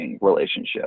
relationship